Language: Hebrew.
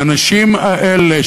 האנשים האלה,